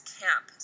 camp